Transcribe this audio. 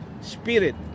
spirit